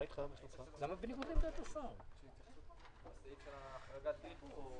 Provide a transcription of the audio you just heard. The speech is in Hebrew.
אבל מאיפה תביא עוד שישה מיליארד שקלים.